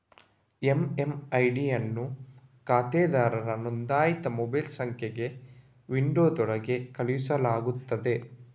MMID ಅನ್ನು ಖಾತೆದಾರರ ನೋಂದಾಯಿತ ಮೊಬೈಲ್ ಸಂಖ್ಯೆಗೆ ವಿಂಡೋದೊಳಗೆ ಕಳುಹಿಸಲಾಗುತ್ತದೆ